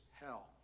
hell